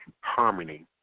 Harmony